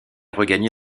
regagner